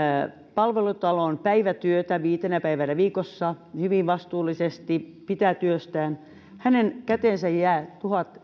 palvelutaloon päivätyötä viitenä päivänä viikossa hyvin vastuullisesti pitää työstään hänen käteensä jää